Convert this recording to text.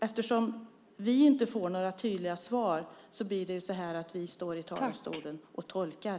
Eftersom vi inte får några tydliga svar blir det så att vi står i talarstolen och tolkar.